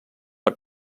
per